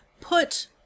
put